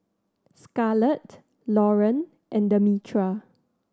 Scarlett Loren and Demetra